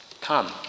Come